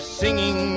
singing